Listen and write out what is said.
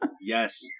Yes